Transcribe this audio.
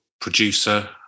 producer